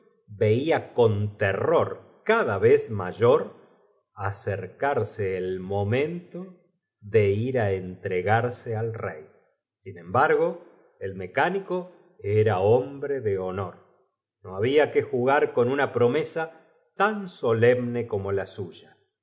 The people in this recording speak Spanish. vela con terro r cada vez mayor acercarse justicia do esos prove rbios se inclin ó el momento de ir á entre garse al rey respot uosam n te y fuó á busca r al mecásin embargo el mecánico era hombre nic o y al a trólogo de honor no había que jugar con una promesa tan solemne como la suya